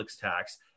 tax